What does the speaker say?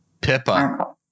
Pippa